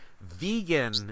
vegan